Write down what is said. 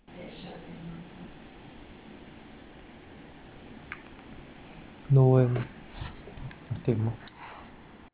no eh take more